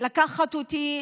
לקחת אותי,